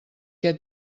què